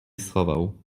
schował